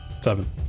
Seven